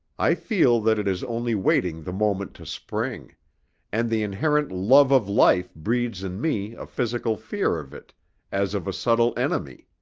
i feel that it is only waiting the moment to spring and the inherent love of life breeds in me a physical fear of it as of a subtle enemy.